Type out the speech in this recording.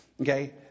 okay